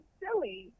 silly